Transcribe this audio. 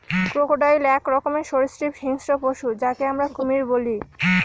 crocodile এক রকমের সরীসৃপ হিংস্র পশু যাকে আমরা কুমির বলি